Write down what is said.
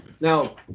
Now